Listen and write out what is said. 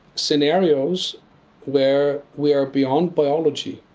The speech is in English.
scenarios where we are beyond biology.